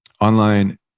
online